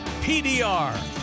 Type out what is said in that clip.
PDR